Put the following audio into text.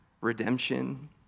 redemption